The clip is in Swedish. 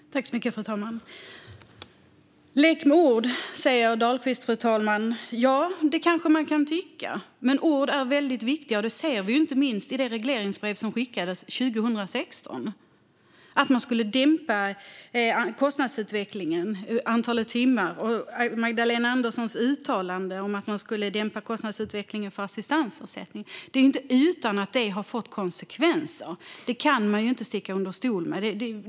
Fru talman! Lek med ord, säger Dahlqvist. Ja, det kanske man kan tycka, men ord är väldigt viktiga. Det ser vi inte minst i det regleringsbrev som skickades 2016. Man skulle dämpa kostnadsutvecklingen - antalet timmar. Och Magdalena Andersson uttalade att man skulle dämpa kostnadsutvecklingen för assistansersättning. Det är inte utan att det har fått konsekvenser. Det kan man inte sticka under stol med.